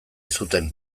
zuten